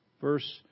Verse